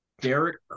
Derek